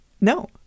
No